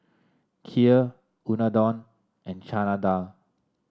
Kheer Unadon and Chana Dal